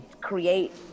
create